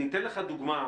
אני אתן לך דוגמה.